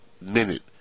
minute